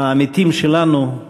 העמיתים שלנו,